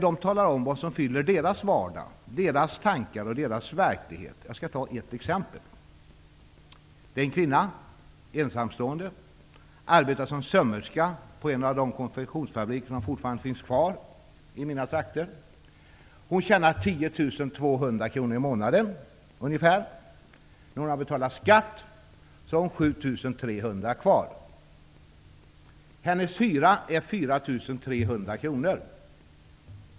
De talar om vad som fyller deras vardag, tankar och verklighet. Jag skall ta ett exempel. Det är en kvinna. Hon är ensamstående, och hon arbetar som sömmerska på en av de konfektionsfabriker som fortfarande finns kvar i mina hemtrakter. Hon tjänar ungefär 10 200 kr i månaden. När hon har betalat skatt har hon 7 300 kvar. Hennes hyra är 4 300 kr.